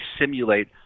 simulate